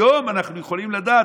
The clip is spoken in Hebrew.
היום אנחנו יכולים לדעת,